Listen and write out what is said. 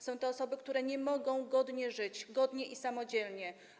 Są to osoby, które nie mogą godnie żyć, godnie i samodzielnie.